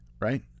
right